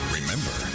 Remember